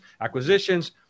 acquisitions